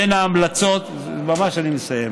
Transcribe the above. אני ממש מסיים.